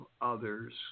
others